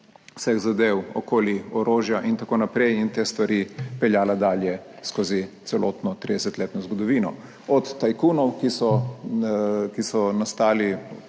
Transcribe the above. vseh zadev okoli orožja in tako naprej in te stvari peljala dalje skozi celotno 30-letno zgodovino, od tajkunov, ki so, ki